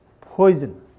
poison